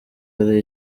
hari